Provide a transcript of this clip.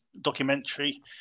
documentary